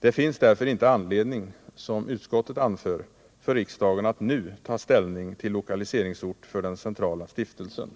Det finns därför inte anledning - som utskottet anför — för riksdagen att nu ta ställning till lokaliseringsort för den centrala stiftelsen.